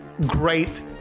Great